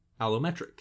allometric